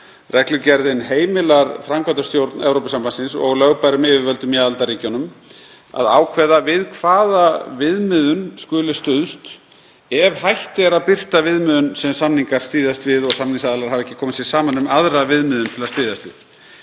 Reglugerðin heimilar framkvæmdastjórn Evrópusambandsins og lögbærum yfirvöldum í aðildarríkjunum að ákveða við hvaða viðmiðun skuli stuðst ef hætt er að birta viðmiðun sem samningar styðjast við og samningsaðilar hafa ekki komið sér saman um aðra viðmiðun til að styðjast við.